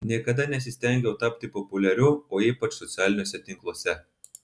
niekada nesistengiau tapti populiariu o ypač socialiniuose tinkluose